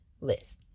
list